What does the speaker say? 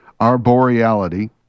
arboreality